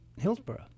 Hillsborough